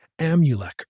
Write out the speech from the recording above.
Amulek